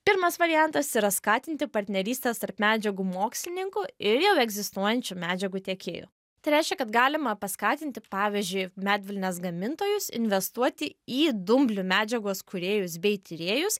pirmas variantas yra skatinti partnerystes tarp medžiagų mokslininkų ir jau egzistuojančių medžiagų tiekėjų tai reiškia kad galima paskatinti pavyzdžiui medvilnės gamintojus investuoti į dumblių medžiagos kūrėjus bei tyrėjus